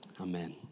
Amen